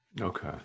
Okay